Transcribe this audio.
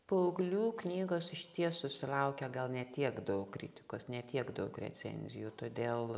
paauglių knygos išties susilaukia gal ne tiek daug kritikos ne tiek daug recenzijų todėl